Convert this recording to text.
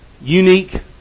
unique